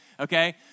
okay